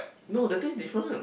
no the taste different